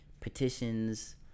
petitions